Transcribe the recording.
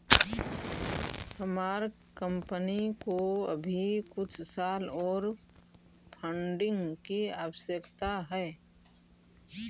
हमार कंपनी को अभी कुछ साल ओर फंडिंग की आवश्यकता हई